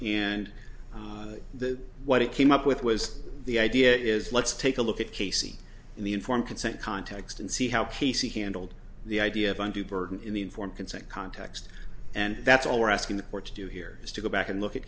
and the what it came up with was the idea is let's take a look at casey in the informed consent context and see how casey handled the idea of undue burden in the informed consent context and that's all we're asking the court to do here is to go back and look at